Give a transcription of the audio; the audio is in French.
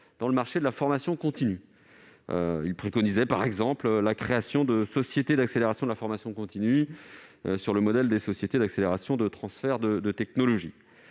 dans le marché de la formation continue. Il préconisait, par exemple, la création de sociétés d'accélération de la formation continue sur le modèle des sociétés d'accélération du transfert de technologies.